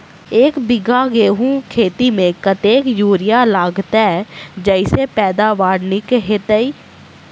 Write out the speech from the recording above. एक बीघा गेंहूँ खेती मे कतेक यूरिया लागतै जयसँ पैदावार नीक हेतइ?